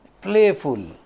playful